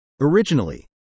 originally